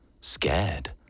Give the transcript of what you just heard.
Scared